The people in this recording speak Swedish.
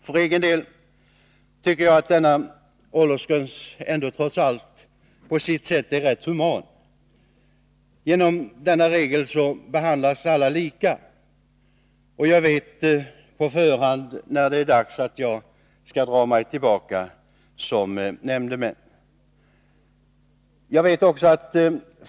För egen del tycker jag att denna åldersgräns på sätt och viss är rätt human. Följer man denna regel behandlas alla lika, och man vet på förhand när man skall dra sig tillbaka som nämndeman.